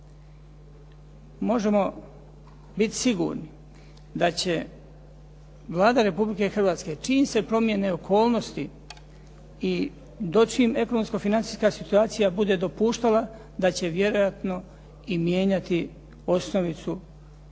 Možemo biti sigurni da će Vlada Republike Hrvatske čim se promijene okolnosti i čim ekonomska financijska situacija bude dopuštala, da će vjerojatno i mijenjati osnovicu